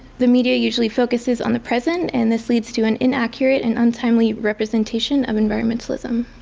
the media usually focuses on the present and this leads to an inaccurate and untimely representation of environmentalism.